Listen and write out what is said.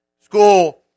school